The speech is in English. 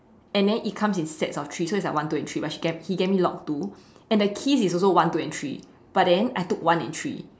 and then it comes in sets of three so is like one two and three but he gave me lock two and that keys is also one two and three but then I took one and three